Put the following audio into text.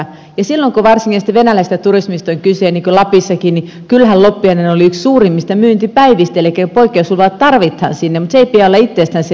ja silloin kun varsinkin venäläisestä turismista on kyse niin kuin lapissakin niin kyllähän loppiainen oli yksi suurimmista myyntipäivistä elikkä poikkeusluvat tarvitaan sinne mutta sen ei pidä olla itsestään selvä asia